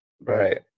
Right